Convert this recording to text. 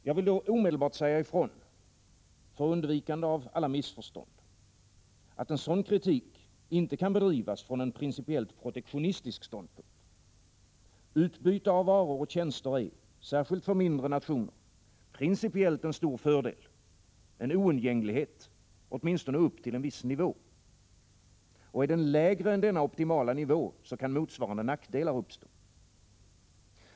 Jag vill då omedelbart säga ifrån, för undvikande av alla missförstånd, att en sådan kritik inte kan bedrivas från en principiellt protektionistisk ståndpunkt. Utbyte av varor och tjänster är — särskilt för mindre nationer — principiellt en stor fördel, en oundgänglighet, åtminstone till en viss nivå. Under denna optimala nivå kan motsvarande nackdelar uppstå.